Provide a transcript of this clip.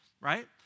right